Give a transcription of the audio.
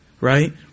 right